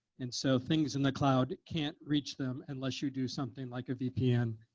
and so things in the cloud can't reach them unless you do something like a vpn.